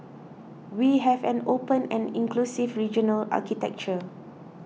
we have an open and inclusive regional architecture